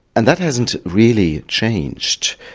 and that hasn't really changed.